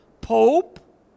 Pope